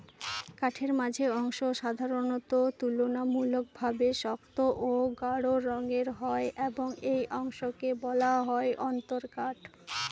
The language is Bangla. কাঠের মাঝের অংশ সাধারণত তুলনামূলকভাবে শক্ত ও গাঢ় রঙের হয় এবং এই অংশকে বলা হয় অন্তরকাঠ